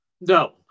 No